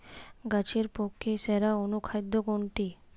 গাছের পক্ষে সেরা অনুখাদ্য কোনটি?